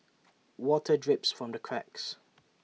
water drips from the cracks